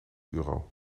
euro